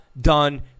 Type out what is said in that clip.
done